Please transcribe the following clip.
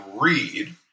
read